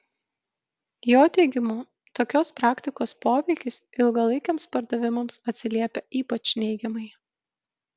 jo teigimu tokios praktikos poveikis ilgalaikiams pardavimams atsiliepia ypač neigiamai